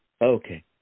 Okay